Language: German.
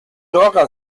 dora